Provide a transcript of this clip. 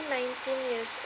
nineteen years